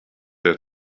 der